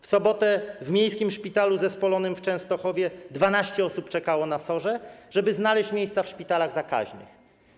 W sobotę w Miejskim Szpitalu Zespolonym w Częstochowie 12 osób czekało na SOR, żeby znaleziono dla nich miejsca w szpitalach zakaźnych.